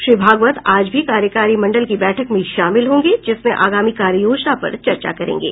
श्री भागवत आज भी कार्यकारी मंडल की बैठक में शामिल होंगे जिसमें आगामी कार्य योजना पर चर्चा करेंगे